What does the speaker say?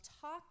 talk